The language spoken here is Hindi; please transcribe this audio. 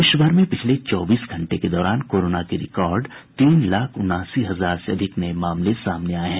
देश भर में पिछले चौबीस घंटे के दौरान कोरोना के रिकार्ड तीन लाख उनासी हजार से अधिक नये मामले सामने आये हैं